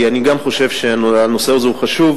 כי אני גם חושב שהנושא הזה חשוב,